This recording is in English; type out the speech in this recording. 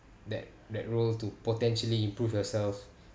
that that role to potentially improve yourself